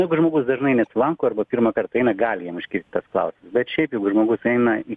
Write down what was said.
jeigu žmogus dažnai nesilanko arba pirmą kartą eina gali jam iškilti tas klausimas bet šiaip jeigu žmogus eina į